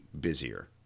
busier